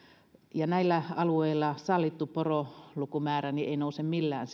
ja näillä alueilla sallittu porolukumäärä ei nouse millään